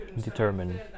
determine